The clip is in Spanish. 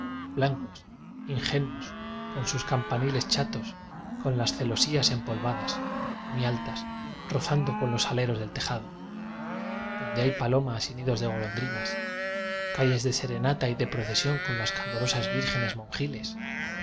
blancos ingenuos con sus cam paniles chatos con las celosías empolva das muy altas rozando con los aleros del tejado donde hay palomas y nidos de golondrinas calles de serenata y de pro cesión con las candorosas vírgenes mon